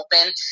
open